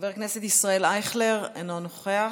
חבר הכנסת ישראל אייכלר, אינו נוכח,